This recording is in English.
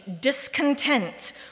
discontent